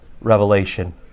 revelation